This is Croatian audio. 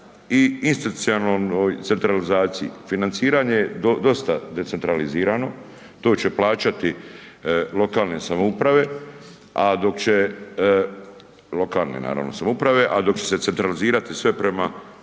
i institucionalnom ovoj centralizaciji. Financiranje je dosta decentralizirano, to će plaćati lokalne samouprave, a dok će, lokalne naravno